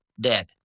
dead